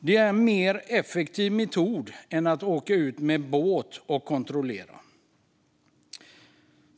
Det är en mer effektiv metod än att åka ut med båt och kontrollera.